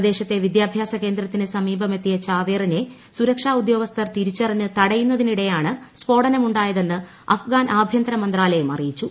പ്രദേശത്തെ വിദ്യാഭ്യാസ കേന്ദ്രത്തിന് സമീപമെത്തിയ ചാവേറിനെ സുരക്ഷാ ഉദ്യോഗസ്ഥർ തിരിച്ചറിഞ്ഞ് തടയുന്നതിനിടെയാണ് സ്ഫോടനമുണ്ടായതെന്ന് അഫ്ഗാൻ ആഭ്യന്തര മന്ത്രാലയം അറിയിച്ചു